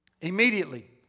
immediately